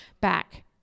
back